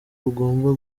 bugomba